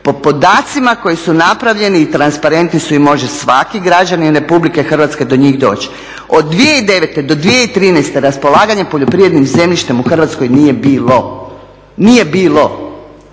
Po podacima koji su napravljeni i transparentni su i može svaki građanin Republike Hrvatske do njih doći. Od 2009. do 2013. raspolaganje poljoprivrednim zemljištem u Hrvatskoj nije bilo, nije bilo